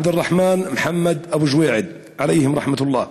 עבד אלרחמאן מחמד אבו ג'ועייד, עליהום רחמת אללה,